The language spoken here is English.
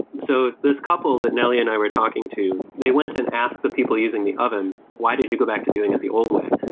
so this couple that nelly and i were talking to, they went and asked the people using the oven why did you go back to doing it the old way?